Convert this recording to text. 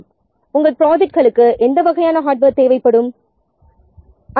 எனவே உங்கள் ப்ரொஜெக்ட்களுக்கு எந்த வகையான ஹார்ட்வேர் தேவைப்படும் உங்கள் 40என்ன வகையான ஹர்ட்வர் தேவைப்படும்